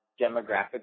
demographic